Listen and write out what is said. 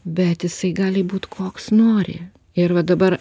bet jisai gali būt koks nori ir va dabar